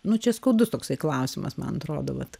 nu čia skaudus toksai klausimas man atrodo vat